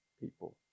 people